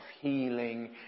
healing